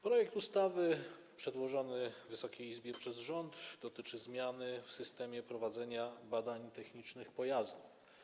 Projekt ustawy przedłożony Wysokiej Izbie przez rząd dotyczy zmiany w systemie prowadzenia badań technicznych pojazdów.